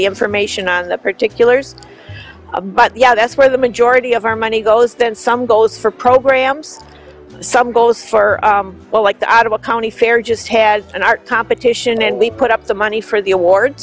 the information on the particulars a but yeah that's where the majority of our money goes then some goes for programs some goes for well like the out of a county fair just has an art competition and we put up the money for the award